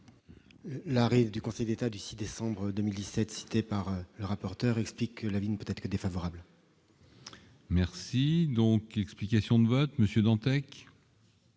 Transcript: L'arrêt du Conseil d'État du 6 décembre 2007, cité par le rapporteur explique que la vie ne peut-être que défavorable. Merci donc, explications de vote Monsieur